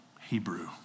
Hebrew